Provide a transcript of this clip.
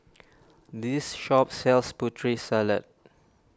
this shop sells Putri Salad